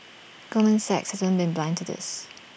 Goldman Sachs hasn't been blind to this